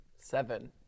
Seven